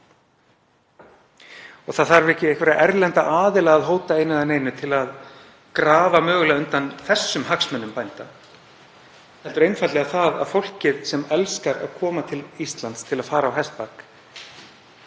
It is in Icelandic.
Og það þarf ekki einhverja erlenda aðila að hóta einhverju til að grafa mögulega undan þessum hagsmunum bænda, heldur einfaldlega það að fólkið sem elskar að koma til Íslands til að fara á hestbak